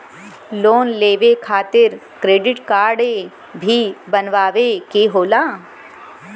Loan लेवे खातिर credit काडे भी बनवावे के होला?